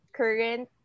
current